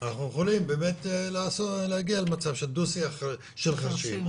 אנחנו יכולים באמת להגיע למצב של דו שיח של חירשים,